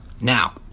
Now